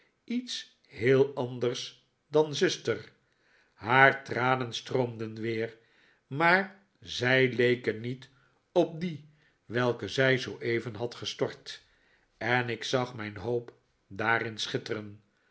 iets heel anders dan zuster haar tranen stroomden weer maar zij leken niet op die welke zij zooeven had gestort en ik zag mijn hoop daarin schitteren